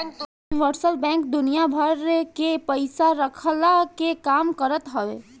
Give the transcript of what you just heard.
universal bank दुनिया भर के पईसा रखला के काम करत हवे